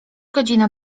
godzina